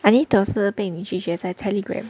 Anito 是被你拒绝在 Telegram